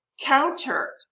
Counter